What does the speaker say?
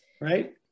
Right